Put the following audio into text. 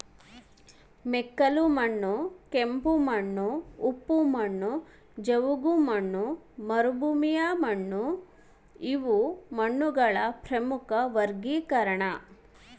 ಮೆಕ್ಕಲುಮಣ್ಣು ಕೆಂಪುಮಣ್ಣು ಉಪ್ಪು ಮಣ್ಣು ಜವುಗುಮಣ್ಣು ಮರುಭೂಮಿಮಣ್ಣುಇವು ಮಣ್ಣುಗಳ ಪ್ರಮುಖ ವರ್ಗೀಕರಣ